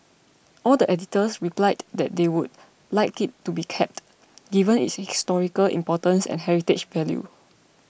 all the editors replied that they would like it to be kept given its historical importance and heritage value